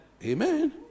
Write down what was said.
Amen